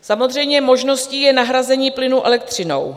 Samozřejmě možností je nahrazení plynu elektřinou.